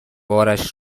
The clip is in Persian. بارش